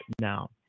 now